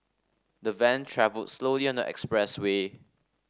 the van travelled slowly on the expressway